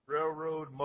Railroad